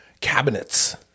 cabinets